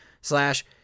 slash